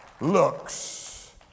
looks